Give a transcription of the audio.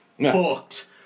hooked